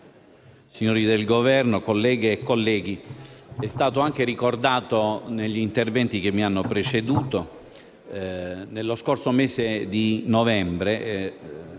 signori del Governo, colleghe e colleghi, come è stato ricordato negli interventi che mi hanno preceduto, lo scorso mese di novembre